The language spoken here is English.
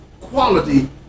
quality